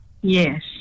Yes